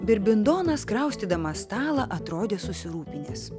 birbindonas kraustydamas stalą atrodė susirūpinęs